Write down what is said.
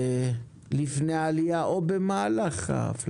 לפני העלייה או במהלך ההפלגה?